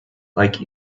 like